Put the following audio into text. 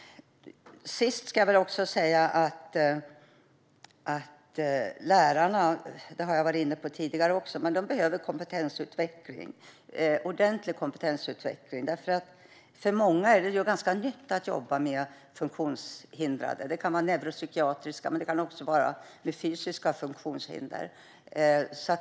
Sist ska jag säga att lärarna behöver ordentlig kompetensutveckling, och det har jag varit inne på tidigare. För många är det ganska nytt att jobba med funktionshindrade. Det kan vara barn med neuropsykiatriska men också fysiska funktionshinder.